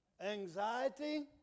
anxiety